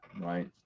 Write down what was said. Right